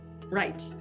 Right